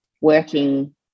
working